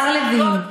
השר לוין,